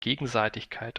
gegenseitigkeit